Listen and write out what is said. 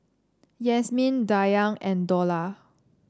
Yasmin Dayang and Dollah